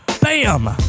Bam